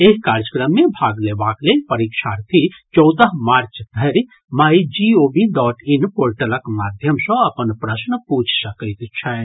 एहि कार्यक्रम मे भाग लेबाक लेल परीक्षार्थी चौदह मार्च धरि माई जीओवी डॉट इन पोर्टलक माध्यम सँ अपन प्रश्न पूछि सकैत छथि